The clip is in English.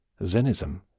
Zenism